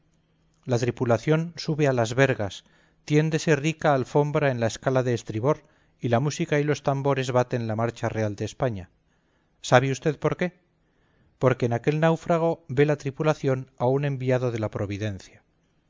la tripulación sube a las vergas tiéndese rica alfombra en la escala de estribor y la música y los tambores baten la marcha real de españa sabe usted por qué porque en aquel náufrago ve la tripulación a un enviado de la providencia